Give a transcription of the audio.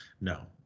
No